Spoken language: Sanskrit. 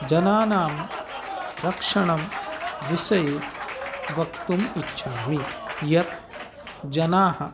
जनानां रक्षणं विषये वक्तुम् इच्छामि यत् जनाः